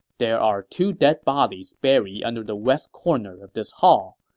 there are two dead bodies buried under the west corner of this hall.